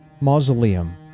mausoleum